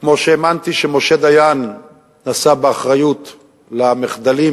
כמו שהאמנתי שמשה דיין נשא באחריות למחדלים